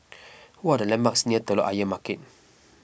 what are the landmarks near Telok Ayer Market